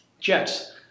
Jets